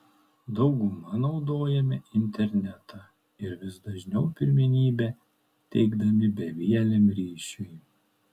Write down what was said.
dauguma naudojame internetą ir vis dažniau pirmenybę teikdami bevieliam ryšiui